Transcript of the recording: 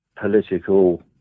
political